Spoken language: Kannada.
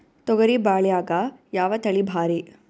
ತೊಗರಿ ಬ್ಯಾಳ್ಯಾಗ ಯಾವ ತಳಿ ಭಾರಿ?